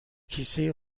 کیسه